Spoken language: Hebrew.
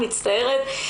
מצטערת.